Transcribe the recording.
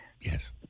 Yes